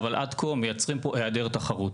אבל עד כה מייצרים פה העדר תחרות.